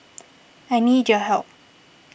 I need your help